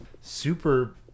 super